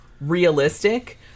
realistic